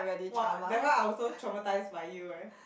!wah! that one I also traumatised by you eh